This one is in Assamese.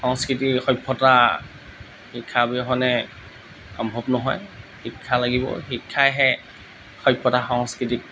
সংস্কৃতি সভ্যতা শিক্ষা অবিহনে সম্ভৱ নহয় শিক্ষা লাগিবই শিক্ষাইহে সভ্যতা সংস্কৃতিক